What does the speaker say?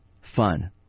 fun